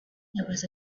was